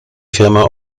firma